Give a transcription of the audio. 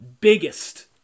biggest